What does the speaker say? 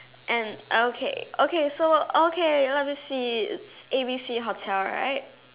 and okay okay so okay let me see A B C hotel right